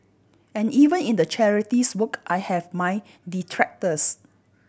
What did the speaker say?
and even in the charities work I have my detractors